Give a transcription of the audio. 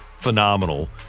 phenomenal